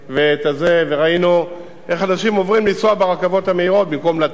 וראינו איך אנשים עוברים לנסוע ברכבות המהירות במקום לטוס,